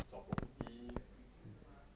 找 property